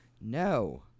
No